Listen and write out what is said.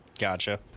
Gotcha